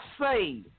say